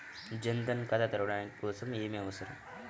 జన్ ధన్ ఖాతా తెరవడం కోసం ఏమి అవసరం?